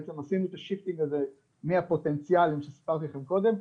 בעצם עשינו את השליחה הזו מהפוטנציאל שסיפרתי לכם קודם,